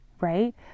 right